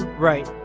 right.